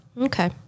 Okay